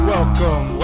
Welcome